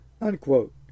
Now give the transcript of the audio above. unquote